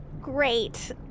Great